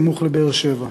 סמוך לבאר-שבע.